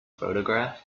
photograph